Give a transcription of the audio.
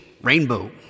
rainbow